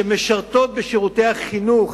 שמשרתות בשירותי החינוך